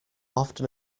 often